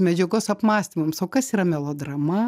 medžiagos apmąstymams o kas yra melodrama